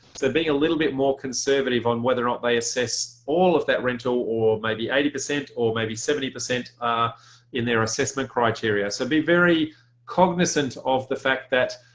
being a little bit more conservative on whether or not they assess all of that rental or maybe eighty percent or maybe seventy percent in their assessment criteria so be very cognizant of the fact that